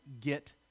get